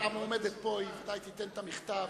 המועמדת פה, היא בוודאי תיתן את המכתב.